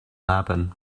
happen